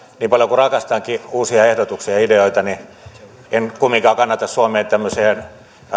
niin paljon kuin rakastankin uusia ehdotuksia ja ideoita niin en kumminkaan kannata suomeen tämmöisen